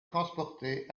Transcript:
transporté